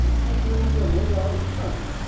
जितना किलोमीटर होगा उतना होगा